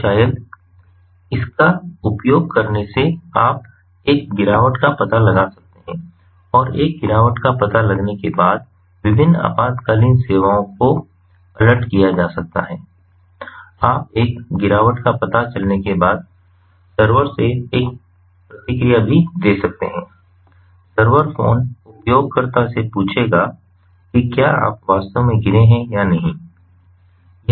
तो शायद इसका उपयोग करने से आप एक गिरावट का पता लगा सकते हैं और एक गिरावट का पता लगने के बाद विभिन्न आपातकालीन सेवाओं को अलर्ट किया जा सकता है आप एक गिरावट का पता चलने के बाद सर्वर से एक प्रतिक्रिया भी दे सकते हैं सर्वर फोन उपयोगकर्ता से पूछेगा कि क्या आप वास्तव में गिरे है या नहीं